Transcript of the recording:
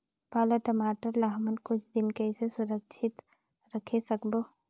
पाला टमाटर ला हमन कुछ दिन कइसे सुरक्षित रखे सकबो?